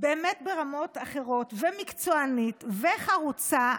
באמת ברמות אחרות, ומקצוענית וחרוצה.